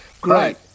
Great